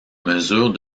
mesure